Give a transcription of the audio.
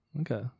Okay